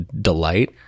delight